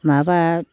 माबा